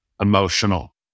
emotional